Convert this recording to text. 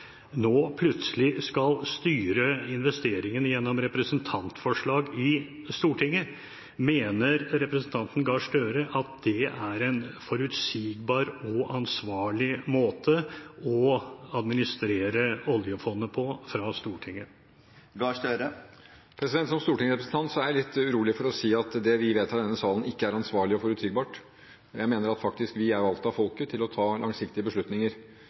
Mener representanten Gahr Støre at det er en forutsigbar og ansvarlig måte å administrere oljefondet på fra Stortingets side? Som stortingsrepresentant er jeg litt urolig for å si at det vi vedtar i denne salen, ikke er ansvarlig og forutsigbart. Jeg mener at vi faktisk er valgt av folket til å ta langsiktige beslutninger.